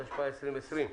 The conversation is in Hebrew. התשפ"א-2020.